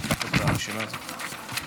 ושלישית.